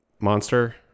monster